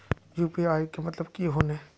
UPI के मतलब की होने?